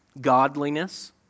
godliness